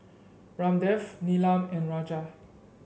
Ramdev Neelam and Raja